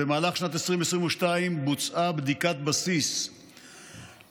במהלך שנת 2022 בוצעה בדיקת בסיס לתעריף